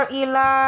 ila